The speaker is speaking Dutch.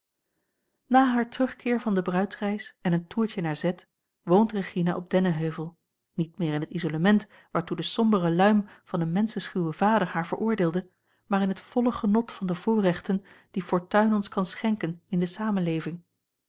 na haar terugkeer van de bruidsreis en een toertje naar z woont regina op dennenheuvel niet meer in het isolement waartoe de sombere luim van een menschenschuwen vader haar veroordeelde maar in het volle genot van de voorrechten die fortuin ons kan schenken in de samenleving